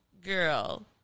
Girl